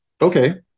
okay